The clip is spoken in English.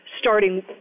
starting